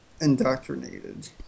Indoctrinated